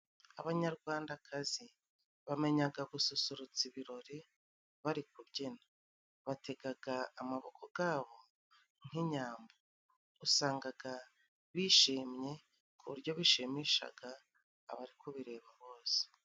Abanyarwandakazi bamenyaga gususurutsa ibirori bari kubyina. Bategaga amaboko gabo nk'inyambo. Usangaga bishimye ku buryo bishimishaga abari kubireba bose.